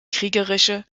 kriegerische